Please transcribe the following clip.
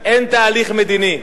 אין תהליך מדיני.